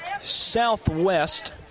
southwest